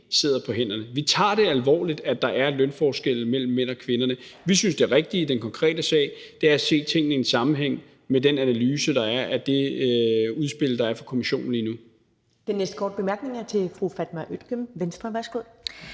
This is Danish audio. sidder på hænderne. Vi tager det alvorligt, at der er lønforskelle mellem mænd og kvinder. Vi synes, at det rigtige i den konkrete sag er at se tingene i sammenhæng med den analyse af udspillet fra Kommissionen. Kl. 10:46 Første næstformand (Karen Ellemann): Den næste korte bemærkning er til fru Fatma Øktem, Venstre. Værsgo.